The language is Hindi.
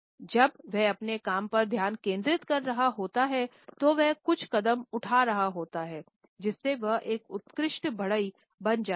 जब वह अपने काम पर ध्यान केंद्रित कर रहा होता है तो वह कुछ कदम उठा रहा होता है जिससे वह एक उत्कृष्ट बढ़ई बन जाता है